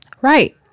right